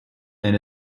and